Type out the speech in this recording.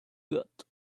got